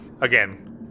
Again